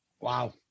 Wow